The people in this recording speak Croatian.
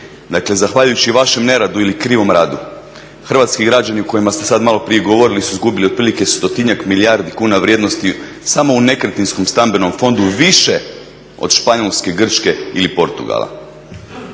Dakle, zahvaljujući vašem neradu ili krivom radu hrvatski građani o kojima ste sad malo prije govorili su izgubili otprilike stotinjak milijardi kuna vrijednosti samo u nekretninskom stambenom fondu više od Španjolske, Grčke ili Portugala.